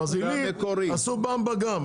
אז עלית עשו במבה גם,